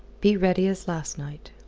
be ready as last night.